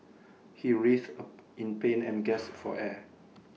he writhed in pain and gasped for air